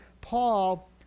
Paul